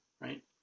Right